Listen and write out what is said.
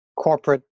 Corporate